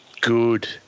good